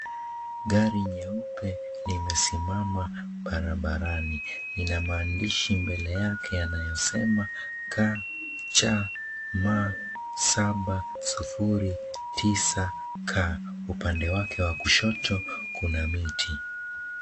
Gari nyeupe limesimama barabarani. Lina maandishi mbele yake yanayosema KCM 709K. Upande wake wa kushoto kuna miti.